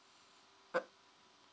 uh